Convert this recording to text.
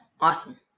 Awesome